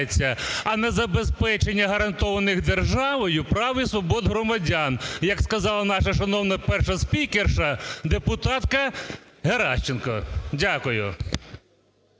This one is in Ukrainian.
а не забезпечення гарантованих державою прав і свобод громадян, як сказала наша шановна перша спікерша депутатка Геращенко. Дякую.